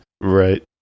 Right